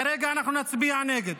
כרגע אנחנו נצביע נגד,